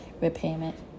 repayment